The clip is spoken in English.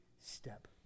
step